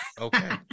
Okay